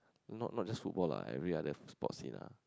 not not just football lah every other sports seen lah